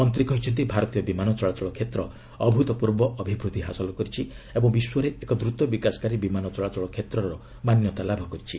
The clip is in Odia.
ମନ୍ତ୍ରୀ କହିଛନ୍ତି ଭାରତୀୟ ବିମାନ ଚଳାଚଳ କ୍ଷେତ୍ର ଅଭ୍ ତ ପୂର୍ବ ଅଭିବୃଦ୍ଧି ହାସଲ କରିଛି ଏବଂ ବିଶ୍ୱରେ ଏକ ଦ୍ରତ ବିକାଶକାରୀ ବିମାନ ଚଳାଚଳ କ୍ଷେତ୍ରର ମାନ୍ୟତା ପାଇଛି